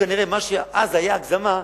מה שהיה אז הגזמה,